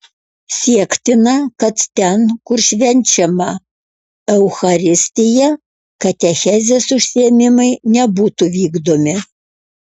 siektina kad ten kur švenčiama eucharistija katechezės užsiėmimai nebūtų vykdomi